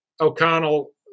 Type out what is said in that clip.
O'Connell